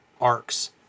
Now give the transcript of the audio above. arcs